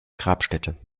grabstätte